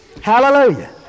Hallelujah